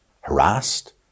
harassed